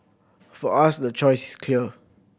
for us the choice is clear